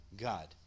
God